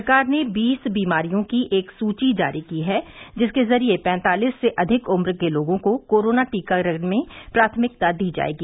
सरकार ने बीस बीमारियों की एक सूची जारी की है जिसके जरिये पैंतालिस से अधिक उम्र के लोगों को कोरोना टीकाकरण में प्राथमिकता दी जाएगी